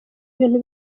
ibintu